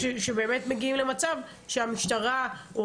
שבאמת מגיעים למצב שבו המשטרה,